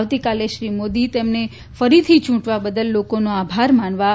આવતીકાલે શ્રી મોદી તેમને ફરીથી ચૂંટવા બદલ લોકોનો આભાર માનવા વારાણસી જશે